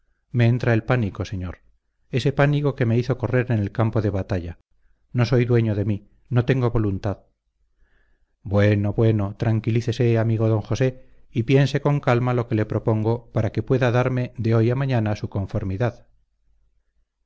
me entra el pánico señor ese pánico que me hizo correr en el campo de batalla no soy dueño de mí no tengo voluntad bueno bueno tranquílicese amigo don josé y piense con calma lo que le propongo para que pueda darme de hoy a mañana su conformidad